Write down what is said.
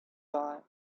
time